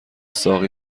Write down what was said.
ساقی